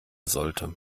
sollte